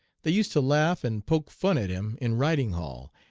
they used to laugh and poke fun at him in riding hall,